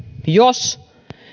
jos